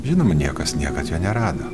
žinoma niekas niekad jo nerado